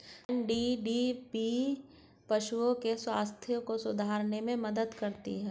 NDDB पशुओं के स्वास्थ्य को सुधारने में मदद करती है